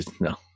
No